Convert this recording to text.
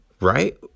right